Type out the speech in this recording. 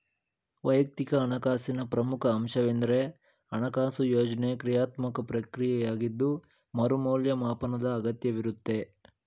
ವೈಯಕ್ತಿಕ ಹಣಕಾಸಿನ ಪ್ರಮುಖ ಅಂಶವೆಂದ್ರೆ ಹಣಕಾಸು ಯೋಜ್ನೆ ಕ್ರಿಯಾತ್ಮಕ ಪ್ರಕ್ರಿಯೆಯಾಗಿದ್ದು ಮರು ಮೌಲ್ಯಮಾಪನದ ಅಗತ್ಯವಿರುತ್ತೆ